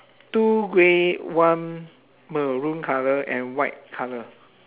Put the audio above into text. two grey one maroon colour and white colour